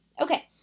Okay